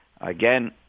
Again